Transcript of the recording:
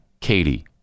Katie